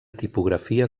tipografia